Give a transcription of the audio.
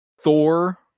thor